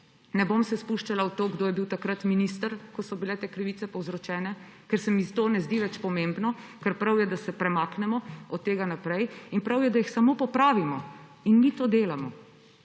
Ne bom se spuščala v to, kdo je bil takrat minister, ko so bile te krivice povzročene, ker se mi to ne zdi več pomembno, ker je prav, da se premaknemo od tega naprej. In prav je, da jih samo popravimo. Mi to delamo